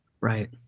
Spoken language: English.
right